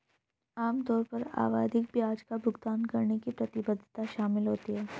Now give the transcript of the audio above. आम तौर पर आवधिक ब्याज का भुगतान करने की प्रतिबद्धता शामिल होती है